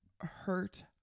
hurt